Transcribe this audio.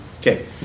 Okay